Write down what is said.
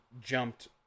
jumped